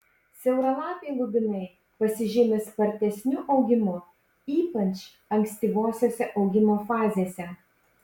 siauralapiai lubinai pasižymi spartesniu augimu ypač ankstyvosiose augimo fazėse